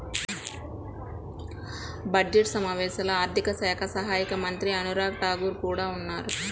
budget సమావేశాల్లో ఆర్థిక శాఖ సహాయక మంత్రి అనురాగ్ ఠాకూర్ కూడా ఉన్నారు